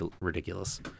ridiculous